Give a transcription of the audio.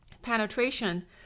penetration